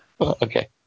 okay